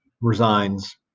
resigns